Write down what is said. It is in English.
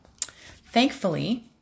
thankfully